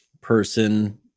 person